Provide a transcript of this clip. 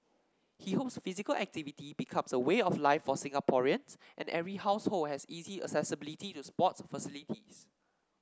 he hopes physical activity becomes a way of life for Singaporeans and every household has easy accessibility to sports facilities